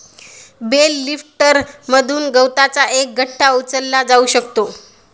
bell लिफ्टरमधून गवताचा एक गठ्ठा उचलला जाऊ शकतो